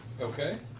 Okay